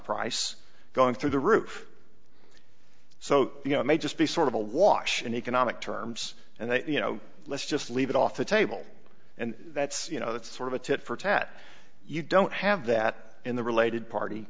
price going through the roof so you know it may just be sort of a wash in economic terms and then you know let's just leave it off the table and that's you know that's sort of a tit for tat you don't have that in the related party